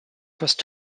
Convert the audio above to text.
first